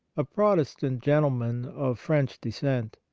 a protestant gentleman of french descent.